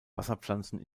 wasserpflanzen